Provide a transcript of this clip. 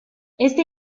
esta